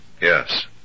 Yes